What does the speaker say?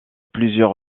plusieurs